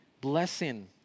blessing